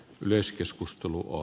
myös keskustelua